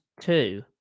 two